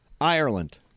Ireland